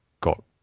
got